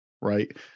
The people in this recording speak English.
right